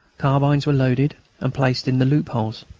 carbines were loaded and placed in the loopholes,